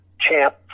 Champ